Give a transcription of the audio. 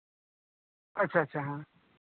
ᱟᱪᱪᱷᱟ ᱟᱪᱪᱷᱟ ᱦᱮᱸ